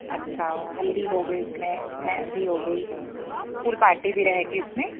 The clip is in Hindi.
अच्छा हल्दी हो गई उसमें मेहँदी हो गई पूल पार्टी भी रहेगी उसमें